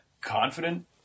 confident